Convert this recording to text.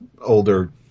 older